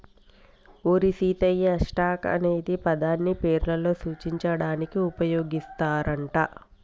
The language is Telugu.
ఓరి సీతయ్య, స్టాక్ అనే పదాన్ని పేర్లను సూచించడానికి ఉపయోగిస్తారు అంట